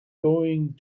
going